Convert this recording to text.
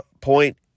Point